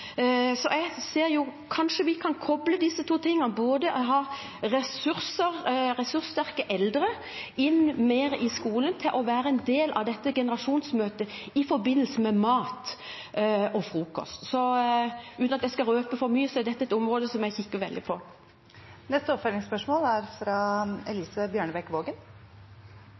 Kanskje vi kan koble disse to tingene og ha ressurssterke eldre mer med i skolen – som en del av generasjonsmøtet – i forbindelse med mat og frokost. Jeg skal ikke røpe for mye, men dette er et område jeg kikker mye på. Det åpnes for oppfølgingsspørsmål – først Elise